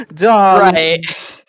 Right